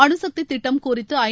அணுசக்திதிட்டம் குறித்து ஐ